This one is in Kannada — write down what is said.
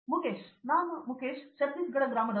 ಮುಖೇಶ್ ನಾನು ಮುಖೇಶ್ ಛತ್ತೀಸ್ಗಢ ಗ್ರಾಮದವನು